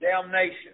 damnation